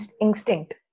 instinct